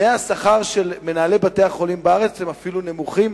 תנאי השכר של מנהלי בתי-החולים בארץ הם אפילו נמוכים,